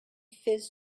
fizz